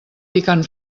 picant